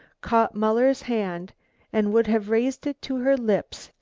caught muller's hand and would have raised it to her lips,